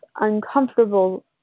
uncomfortable